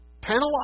penalize